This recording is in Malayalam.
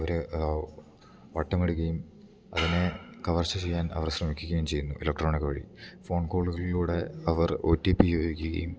അവർ വട്ടമിടുകയും അതിനെ കവർച്ച ചെയ്യാൻ അവർ ശ്രമിക്കുകയും ചെയ്യുന്നു ഇലക്ട്രോണിക് വഴി ഫോൺ കോളുകളിലൂടെ അവർ ഒ റ്റി പി ചോദിക്കുകയും